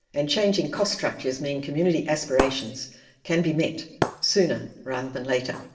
and changing cost structures mean community aspirations can be met sooner rather than later.